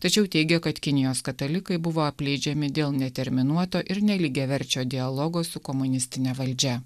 tačiau teigia kad kinijos katalikai buvo apleidžiami dėl neterminuoto ir nelygiaverčio dialogo su komunistine valdžia